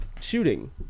shooting